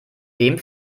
dem